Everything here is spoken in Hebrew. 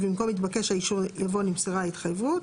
ובמקום "התבקש האישור" יבוא "נמסרה ההתחייבות".